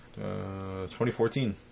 2014